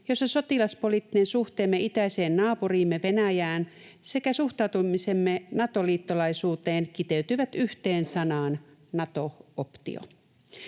jossa sotilaspoliittinen suhteemme itäiseen naapuriimme Venäjään sekä suhtautumisemme Nato-liittolaisuuteen kiteytyivät yhteen sanaan: Nato-optio.